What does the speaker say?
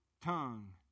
tongue